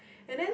and then